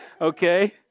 Okay